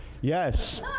Yes